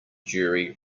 jury